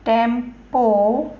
tempo